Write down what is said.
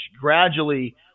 Gradually